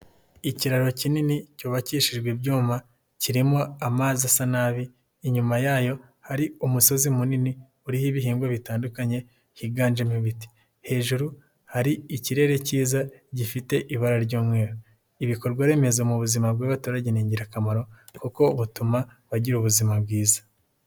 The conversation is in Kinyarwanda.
Ikiraro kinini cyubakishijwe ibyuma kirimo amazi asa nabi, inyuma yayo hari umusozi munini uriho ibihingwa bitandukanye higanjemo ibiti. Hejuru hari ikirere cyiza gifite ibara ry'umweru. Ibikorwaremezo mu buzima bw'abaturage ni ingirakamaro kuko butuma bagira ubuzima bwiza.